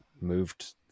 moved